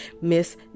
Miss